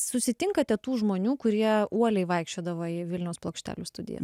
susitinkate tų žmonių kurie uoliai vaikščiodavo į vilniaus plokštelių studiją